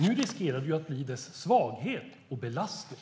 Nu riskerar det att bli dess svaghet och belastning.